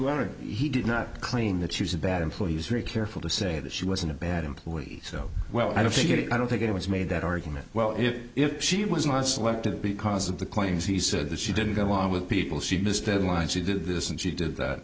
edward he did not claim that she was a bad employees very careful to say that she wasn't a bad employee so well i don't think it is i don't think it was made that argument well it if she was not selected because of the claims he said that she didn't go along with people she missed deadlines she did this and she did that